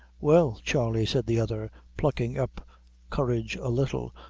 well, charley, said the other, plucking up courage a little,